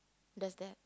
does that